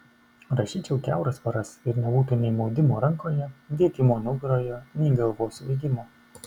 rašyčiau kiauras paras ir nebūtų nei maudimo rankoje diegimo nugaroje nei galvos svaigimo